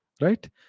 right